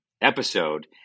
episode